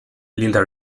linda